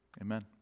Amen